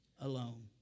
alone